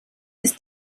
ist